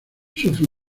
sufre